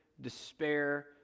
despair